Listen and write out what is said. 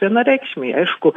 vienareikšmiai aišku